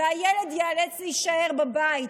והילד ייאלץ להישאר בבית